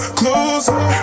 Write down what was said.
closer